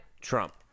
Trump